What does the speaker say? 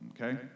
okay